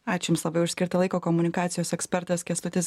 ačiū jums labai už skirtą laiką komunikacijos ekspertas kęstutis